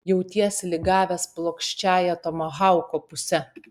jautėsi lyg gavęs plokščiąja tomahauko puse